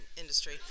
industry